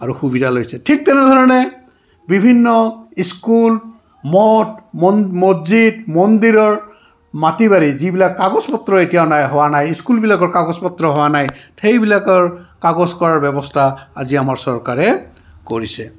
আৰু সুবিধা লৈছে ঠিক তেনেধৰণে বিভিন্ন স্কুল মদ মন মছজিদ মন্দিৰৰ মাটি বাৰী যিবিলাক কাগজ পত্ৰ এতিয়াও নাই হোৱা নাই স্কুলবিলাকৰ কাগজ পত্ৰ হোৱা নাই সেইবিলাকৰ কাগজ কৰাৰ ব্যৱস্থা আজি আমাৰ চৰকাৰে কৰিছে